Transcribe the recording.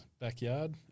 backyard